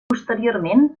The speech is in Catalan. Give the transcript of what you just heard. posteriorment